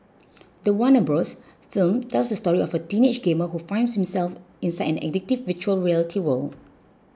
the Warner Bros film tells the story of a teenage gamer who finds himself inside an addictive Virtual Reality world